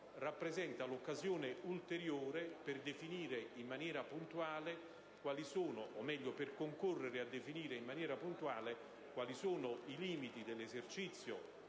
rappresenta l'occasione ulteriore per concorrere a definire in maniera puntuale quali sono i limiti dell'esercizio,